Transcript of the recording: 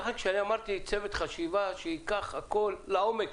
לכן אמרתי צוות חשיבה שייקח הכול לעומק.